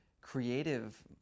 creative